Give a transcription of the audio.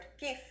gift